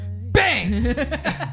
Bang